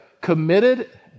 committed